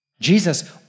Jesus